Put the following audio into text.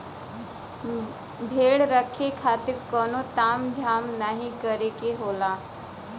भेड़ रखे खातिर कउनो ताम झाम नाहीं करे के होला